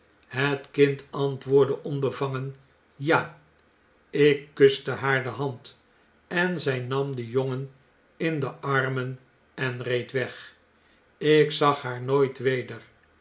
het kind antwoordde onbevangen ja ik kuste haar de hand en zg nam den jongen in de armen en reed weg ik zag haar nooit weder